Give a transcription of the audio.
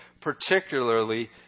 particularly